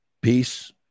Peace